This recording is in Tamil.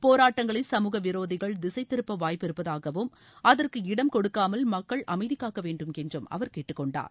போராட்டங்களை சமூக விரோதிகள் திசை திருப்ப வாய்ப்பு இருப்பதாகவும் அதற்கு இடம் கொடுக்காமல் மக்கள் அமைதி காக்க வேண்டும் என்றும் அவர் கேட்டுக்கொண்டார்